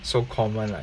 so common like